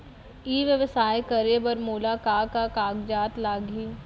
ई व्यवसाय करे बर मोला का का कागजात लागही?